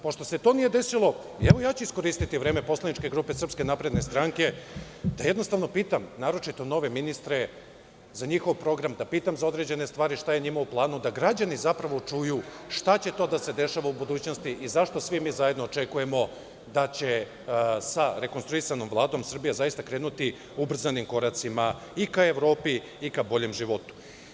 Pošto se to nije desilo, evo ja ću iskoristiti vreme poslaničke grupe SNS da pitam naročito nove ministre za njihov program, da pitam za određene stvari šta je njima u planu, da građani zapravo čuju šta će to da se dešava u budućnosti i zašto mi svi zajedno očekujemo da će sa rekonstruisanom Vladom Srbija zaista krenuti ubrzanim koracima i ka Evropi i ka boljem životu.